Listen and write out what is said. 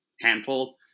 handful